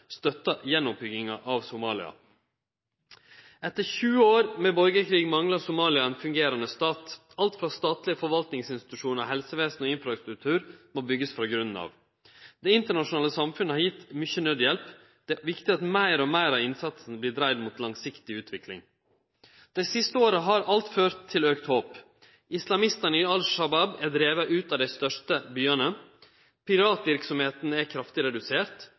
av Somalia. Etter 20 år med borgarkrig manglar Somalia ein fungerande stat. Alt frå statlege forvaltningsinstitusjonar, helsevesen og infrastruktur må byggjast opp frå grunnen av. Det internasjonale samfunnet har gitt mykje naudhjelp. Det er viktig at meir og meir av innsatsen vert dreidd mot langsiktig utvikling. Dei siste åra har allereie ført til auka håp. Islamistane i Al Shabaab har vorte drivne ut av dei største byane. Piratverksemda er kraftig redusert.